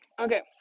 Okay